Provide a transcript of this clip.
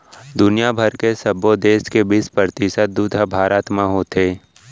दुनिया भर के सबो देस के बीस परतिसत दूद ह भारत म होथे